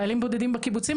חיילים בודדים בקיבוצים,